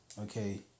okay